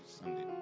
Sunday